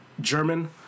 German